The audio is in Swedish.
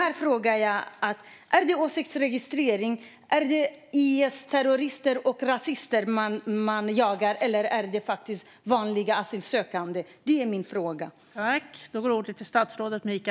Är det åsiktsregistrering? Är det IS-terrorister eller rasister som man jagar, eller är det vanliga asylsökande? Det är min fråga.